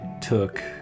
took